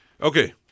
Okay